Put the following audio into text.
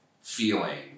feeling